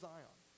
Zion